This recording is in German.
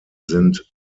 sind